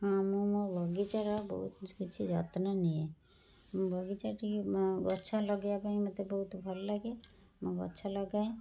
ମୁଁ ମୋ ବଗିଚାର ବହୁତ କିଛି ଯତ୍ନ ନିଏ ବଗିଚାଟି ଗଛ ଲଗାଇବା ପାଇଁ ମୋତେ ବହୁତ ଭଲ ଲାଗେ ମୁଁ ଗଛ ଲଗାଏ